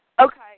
Okay